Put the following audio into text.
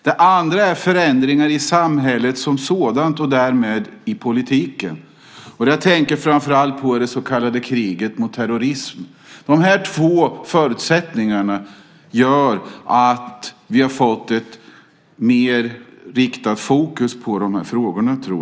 Det andra gäller förändringar i samhället som sådant och därmed också i politiken. Jag tänker framför allt på det så kallade kriget mot terrorism. De två förutsättningarna gör att vi fått ett mer riktat fokus på dessa frågor.